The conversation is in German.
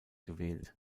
gewählt